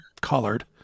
colored